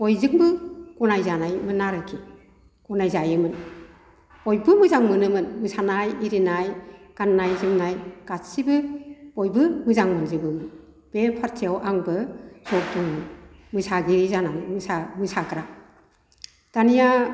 बयजोंबो गनायजानायमोन आरोखि गनायजायोमोन बयबो मोजां मोनोमोन मोसानाय आरिनाय गाननाय जोमनाय गासिबो बयबो मोजां मोनजोबोमोन बे पार्तिआव आंबो जग दंमोन मोसागिरि जानानै मोसा मोसाग्रा दानिया